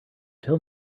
tell